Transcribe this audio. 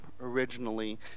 originally